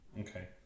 Okay